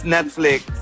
Netflix